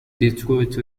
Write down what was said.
detroit